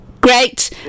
Great